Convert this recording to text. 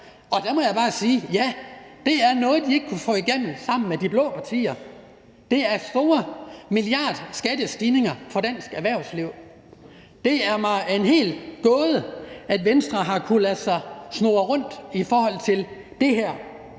og der må jeg bare sige: Ja, det er noget, de ikke kan få igennem sammen med de blå partier. Det er milliardstore skattestigninger for dansk erhvervsliv. Det er mig helt og aldeles en gåde, at Venstre har kunnet lade sig blive snurret rundt i forhold til det her.